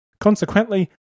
Consequently